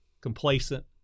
complacent